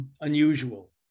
unusual